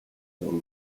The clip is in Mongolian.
өнгө